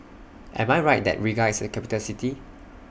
Am I Right that Riga IS A Capital City